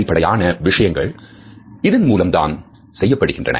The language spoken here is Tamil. அடிப்படையான விஷயங்கள் இதன்மூலம் தான் செய்யப்படுகின்றன